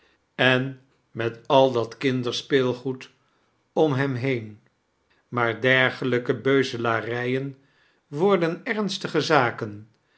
en met ai dat kinderspeelgoed om hem heen maar dergelijke beuzelarijen worden ernstige zaken